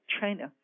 China